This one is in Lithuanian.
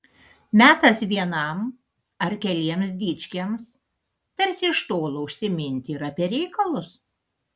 metas vienam ar keliems dičkiams tarsi iš tolo užsiminti ir apie reikalus